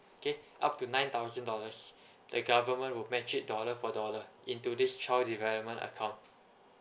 okay up to nine thousand dollars the government will match it dollar for dollar into this child development account